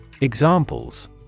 Examples